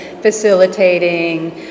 facilitating